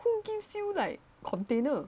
who gives you like container